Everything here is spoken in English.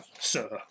sir